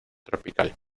tropical